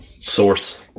source